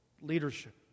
leadership